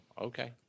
okay